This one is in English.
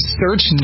search